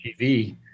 TV